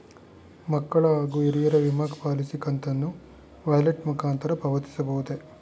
ಮಕ್ಕಳ ಹಾಗೂ ಹಿರಿಯರ ವಿಮಾ ಪಾಲಿಸಿ ಕಂತನ್ನು ವ್ಯಾಲೆಟ್ ಮುಖಾಂತರ ಪಾವತಿಸಬಹುದೇ?